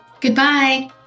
Goodbye